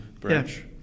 branch